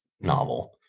novel